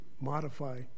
modify